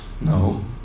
No